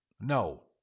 no